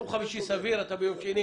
ביום חמישי זה סביר כשהדיון ביום שני.